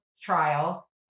trial